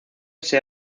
ese